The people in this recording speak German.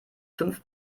fünf